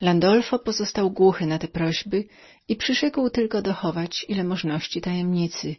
landulf pozostał głuchym na te prośby i przyrzekł tylko dochować ile możności tajemnicy